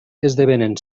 esdevenen